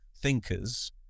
thinkers